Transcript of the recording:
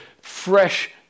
fresh